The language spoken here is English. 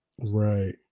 Right